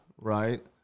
right